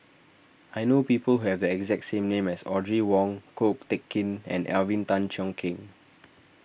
I know people who have the exact name as Audrey Wong Ko Teck Kin and Alvin Tan Cheong Kheng